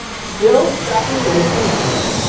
still abstracting away things for us,